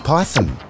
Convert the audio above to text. Python